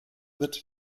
wird